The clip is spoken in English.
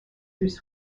through